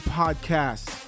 podcast